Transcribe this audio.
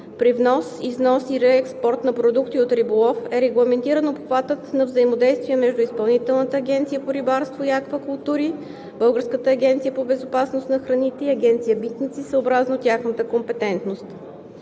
при внос, износ и реекспорт на продукти от риболов е регламентиран обхватът на взаимодействие между Изпълнителната агенция по рибарство и аквакултури, Българската агенция по безопасност на храните и Агенция „Митници“ съобразно тяхната компетентност.